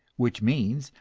which means,